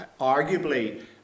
arguably